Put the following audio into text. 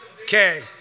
Okay